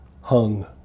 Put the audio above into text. hung